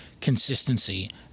consistency